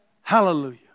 Hallelujah